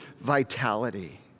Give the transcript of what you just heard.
vitality